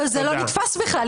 זה לא נתפס בכלל.